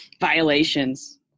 violations